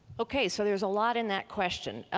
okay, so there's a lot in that question.